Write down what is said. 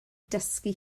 dysgu